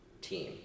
team